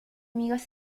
amigas